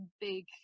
big